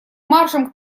маршем